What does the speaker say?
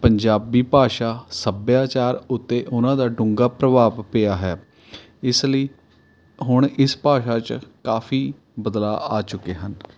ਪੰਜਾਬੀ ਭਾਸ਼ਾ ਸੱਭਿਆਚਾਰ ਉੱਤੇ ਉਹਨਾਂ ਦਾ ਡੂੰਘਾ ਪ੍ਰਭਾਵ ਪਿਆ ਹੈ ਇਸ ਲਈ ਹੁਣ ਇਸ ਭਾਸ਼ਾ 'ਚ ਕਾਫ਼ੀ ਬਦਲਾਵ ਆ ਚੁੱਕੇ ਹਨ